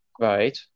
Right